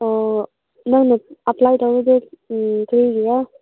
ꯑꯣ ꯅꯪꯅ ꯑꯞꯄ꯭ꯂꯥꯏ ꯇꯧꯔꯗꯤ ꯀꯔꯤꯒꯤꯔꯥ